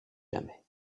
jamais